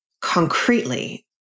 concretely